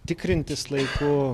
tikrintis laiku